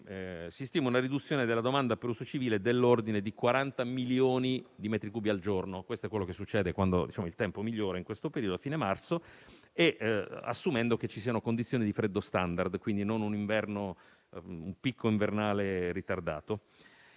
si stima una riduzione della domanda per uso civile dell'ordine di 40 milioni di metri cubi al giorno. Questo è quello che succede quando il tempo migliora, come in questo periodo (fine marzo), assumendo che ci siano condizioni di freddo *standard*, quindi non un picco invernale ritardato.